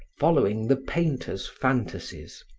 following the painter's fantasies,